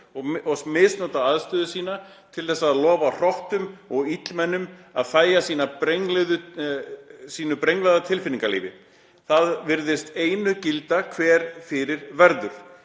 og misnota aðstöðu sína til þess að lofa hrottum og illmennum að þægja sínu brenglaða tilfinningalífi — það virðist einu gilda hver fyrir verður.